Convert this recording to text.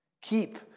Keep